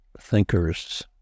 thinkers